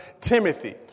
Timothy